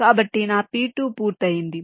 కాబట్టి నా P2 పూర్తయింది